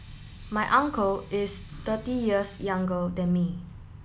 my uncle is thirty years younger than me